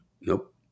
Nope